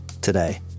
Today